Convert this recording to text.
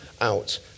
out